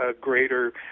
greater